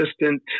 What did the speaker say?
assistant